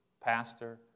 pastor